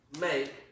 make